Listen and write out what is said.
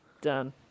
Done